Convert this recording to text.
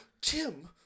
Jim